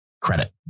credit